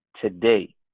today